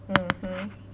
mmhmm